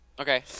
Okay